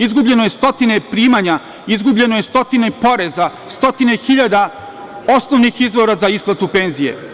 Izgubljeno je stotine primanja, izgubljeno je stotine poreza, stotine hiljada osnovnih izvora za isplatu penzije.